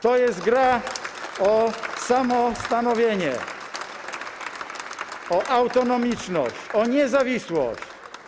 To jest gra o samostanowienie, o autonomiczność, o niezawisłość.